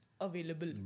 available